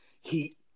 heat